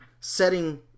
setting